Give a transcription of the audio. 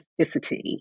specificity